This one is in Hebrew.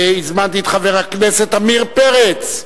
והזמנתי את חבר הכנסת עמיר פרץ,